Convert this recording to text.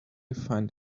find